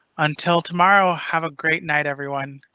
until tomorrow. have a great night everyone.